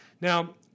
Now